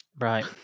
Right